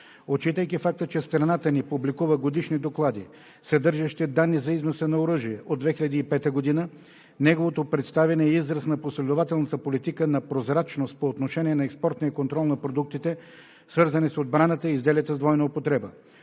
Отчитайки факта, че страната ни публикува годишни доклади, съдържащи данни за износа на оръжие от 2005 г., неговото представяне е израз на последователната политика на прозрачност по отношение на експортния контрол на продуктите, свързани с отбраната, и изделията с двойна употреба.